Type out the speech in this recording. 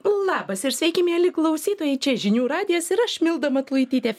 labas ir sveiki mieli klausytojai čia žinių radijas ir aš milda matulaitytė